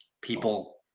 people